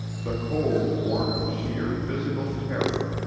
the cold born of sheer physical terror.